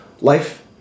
Life